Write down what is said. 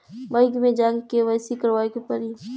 Bank मे जा के के.वाइ.सी करबाबे के पड़ी?